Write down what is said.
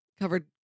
covered